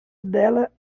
dela